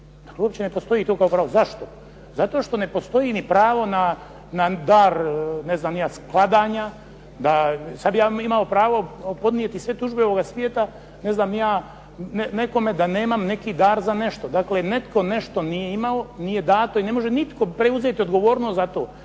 potomke. Uopće ne postoji to pravo. Zašto? Zato što ne postoji pravo na dar npr. skladanja. Sada bih ja imao pravo podnijeti sve tužbe ovog svijeta, ne znam ni ja nekome, da nemam neki dar za nešto. Dakle, netko nešto nije imao, nije dato i ne može nitko preuzeti odgovornost zato.